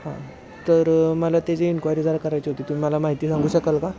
हां तर मला त्याची इन्क्वायरी जर करायची होती तुम्ही मला माहिती सांगू शकाल का